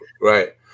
Right